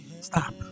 stop